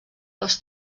les